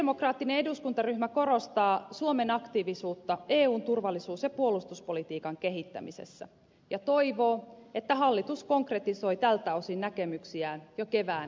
sosialidemokraattinen eduskuntaryhmä korostaa suomen aktiivisuutta eun turvallisuus ja puolustuspolitiikan kehittämisessä ja toivoo että hallitus konkretisoi tältä osin näkemyksiään jo kevään eu selonteossa